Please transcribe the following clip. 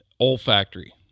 olfactory